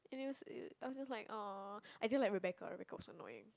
and it was it I was just !aww! I didn't like Rebecca Rebecca was annoying